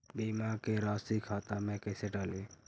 बीमा के रासी खाता में कैसे डाली?